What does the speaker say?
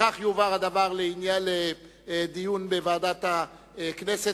לפיכך יועבר הנושא לדיון בוועדת הכנסת,